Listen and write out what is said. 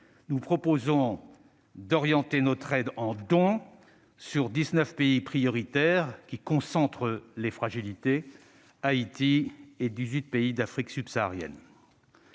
nous proposons d'orienter notre aide en dons sur 19 pays prioritaires qui concentrent les fragilités : Haïti et 18 pays d'Afrique subsaharienne.